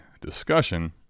discussion